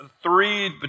three